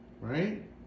right